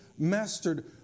mastered